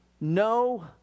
no